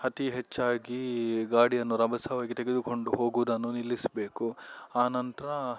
ಅತೀ ಹೆಚ್ಚಾಗಿ ಗಾಡಿಯನ್ನು ರಭಸವಾಗಿ ತೆಗೆದುಕೊಂಡು ಹೋಗುವುದನ್ನು ನಿಲ್ಲಿಸಬೇಕು ಆನಂತರ